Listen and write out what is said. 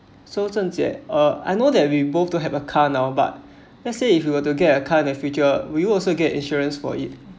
so zhen jie uh I know that we both don't have a car now but let's say if you were to get a car in the future will you also get insurance for it